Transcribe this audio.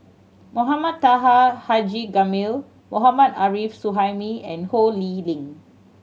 Mohamed Taha Haji Jamil Mohammad Arif Suhaimi and Ho Lee Ling